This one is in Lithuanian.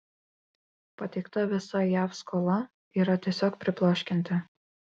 pateikta visa jav skola yra tiesiog pribloškianti